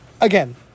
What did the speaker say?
Again